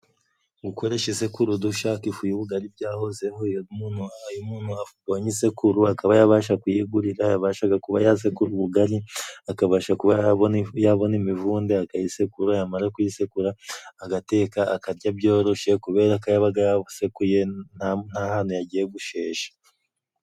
Gukoresha isekuru dushaka ifu y'ubugari byahozeho. Iyo umuntu umuntu abonye isekuru akaba yabasha kuyigurira, yabashaga kuba yasekura ubugari, akabasha yabona kuba yabona imivunde akayisekura, yamara kuyisekura agateka akarya byoroshye, kubera ko yabaga yasekuye ntahantu yagiye gushesha.